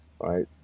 right